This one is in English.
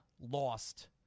lost